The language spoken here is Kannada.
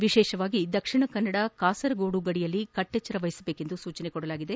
ವಿಶೇಷವಾಗಿ ದಕ್ಷಿಣ ಕನ್ನಡ ಕಾಸರಗೋದು ಗಡಿಯಲ್ಲಿ ಕಟ್ಟೆಚ್ಚರ ವಹಿಸುವಂತೆ ಸೂಚಿಸಿದ್ದಾರೆ